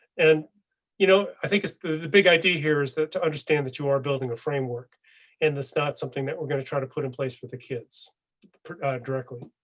and you know, i think it's the big idea here is that to understand that you are building a framework and that's not something that we're going to try to put in place for the kids directly.